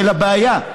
של הבעיה,